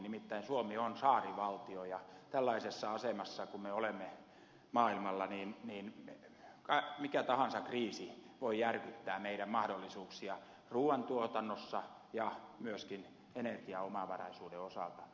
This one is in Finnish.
nimittäin suomi on saarivaltio ja tällaisessa asemassa kuin me olemme maailmalla niin mikä tahansa kriisi voi järkyttää meidän mahdollisuuksiamme ruuantuotannossa ja myöskin energiaomavaraisuuden osalta